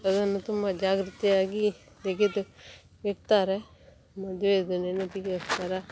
ಅದನ್ನು ತುಂಬ ಜಾಗ್ರತೆಯಾಗಿ ತೆಗೆದು ಇಡ್ತಾರೆ ಮದುವೆದು ನೆನಪಿಗೋಸ್ಕರ